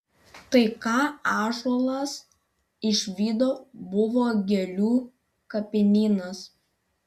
tai ką ąžuolas išvydo buvo gėlių kapinynas